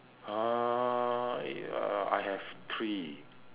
uh I have three